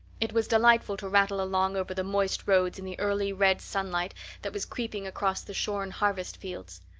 it was delightful to rattle along over the moist roads in the early red sunlight that was creeping across the shorn harvest fields.